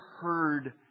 heard